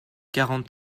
quarante